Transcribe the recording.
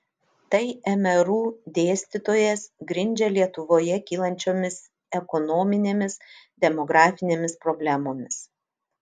tai mru dėstytojas grindžia lietuvoje kylančiomis ekonominėmis demografinėmis problemomis